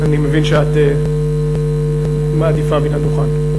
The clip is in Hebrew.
אני מבין שאת מעדיפה מהדוכן.